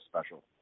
special